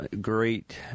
great